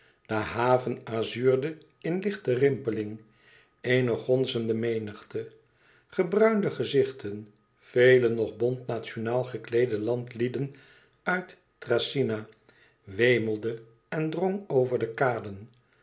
de haven azuurde in lichte rimpeling eene gonzende menigte gebruinde gezichten vele nog bont nationaal gekleede landlieden uit thracyna wemelde en drong over de kaden